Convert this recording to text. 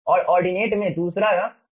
और ऑर्डिनेट में दूसरा जो वास्तव में j ub है